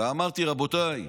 ואמרתי: רבותיי,